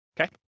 okay